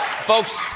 folks